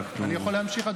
אנחנו --- אני יכול להמשיך,